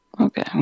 Okay